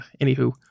Anywho